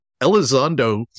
Elizondo